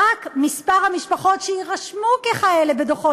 רק מספר המשפחות שיירשמו ככאלה בדוחות